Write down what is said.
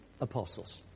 apostles